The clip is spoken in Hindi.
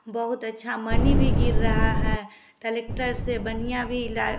बहुत अच्छा मनी भी गिर रहा है टलेक्टर से बनिया भी इला